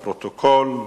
לפרוטוקול,